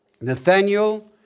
Nathaniel